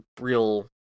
real